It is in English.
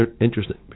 interesting